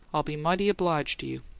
i'll be mighty obliged to you,